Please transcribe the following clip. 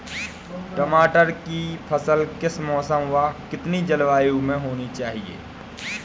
टमाटर की फसल किस मौसम व कितनी जलवायु में होनी चाहिए?